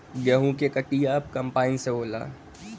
गेंहू क कटिया अब कंपाइन से होला